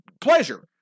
pleasure